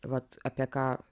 vat apie ką